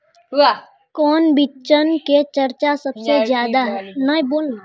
कौन बिचन के चर्चा सबसे ज्यादा है?